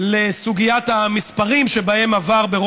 לסוגיית המספרים שבהם עברה,